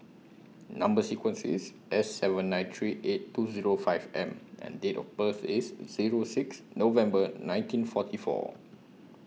Number sequence IS S seven nine three eight two Zero five M and Date of birth IS Zero six November nineteen forty Our